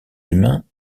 humains